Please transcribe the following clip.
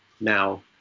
now